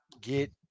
get